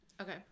Okay